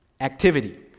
activity